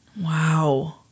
Wow